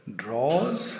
draws